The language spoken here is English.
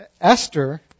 Esther